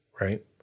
right